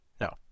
No